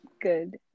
good